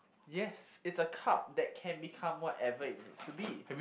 yes it's a cup that can become whatever it needs to be